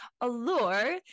Allure